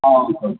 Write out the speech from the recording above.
ആ